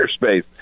airspace